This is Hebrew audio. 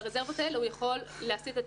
ברזרבות האלה הוא יכול להסיט אה